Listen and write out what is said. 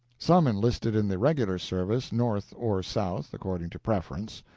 some enlisted in the regular service, north or south, according to preference.